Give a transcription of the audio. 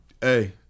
Hey